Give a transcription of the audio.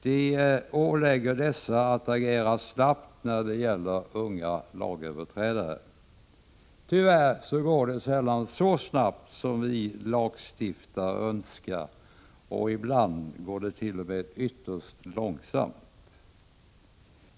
De ålägger dessa att agera snabbt när det gäller unga lagöverträdare. Tyvärr går det sällan så snabbt som vi lagstiftare önskar. Ibland går det t.o.m. ytterst långsamt.